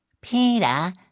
Peter